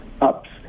ups